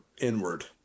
inward